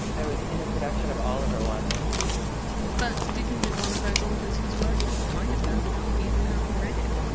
i was in a production of oliver! once but dickens is one of those authors whose work you kind of know without even having read it.